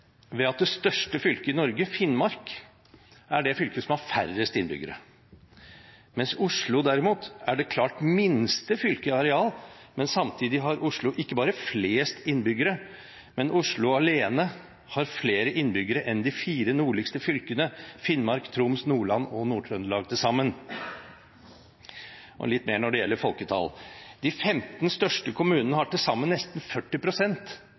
ved at det største fylket i Norge, Finnmark, er det fylket som har færrest innbyggere, mens Oslo, derimot, er det klart minste fylket i areal, men samtidig har Oslo ikke bare flest innbyggere, men Oslo alene har flere innbyggere enn de fire nordligste fylkene – Finnmark, Troms, Nordland og Nord-Trøndelag – til sammen, altså litt mer når det gjelder folketall. De 15 største kommunene har til sammen nesten